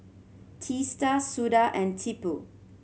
Teesta Suda and Tipu